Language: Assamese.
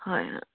হয় অঁ